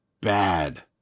bad